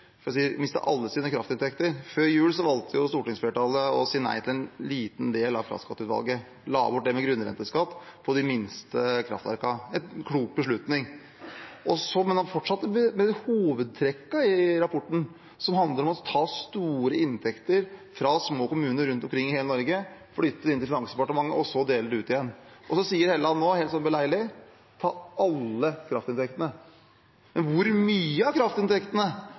miste alle sine kraftinntekter». Før jul valgt stortingsflertallet å si nei til en liten del av kraftskatteutvalget. Man la bort det med grunnrenteskatt på de minste kraftverkene – en klok beslutning – men man fortsatte hovedtrekkene i rapporten, som handler om å ta store inntekter fra små kommuner rundt omkring i hele Norge, flytte dem inn til Finansdepartementet for så å dele dem ut igjen. Helleland sier nå, sånn helt beleilig, ikke alle kraftinntekter. Men hvor mye av kraftinntektene